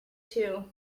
too